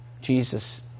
Jesus